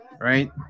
Right